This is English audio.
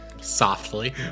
Softly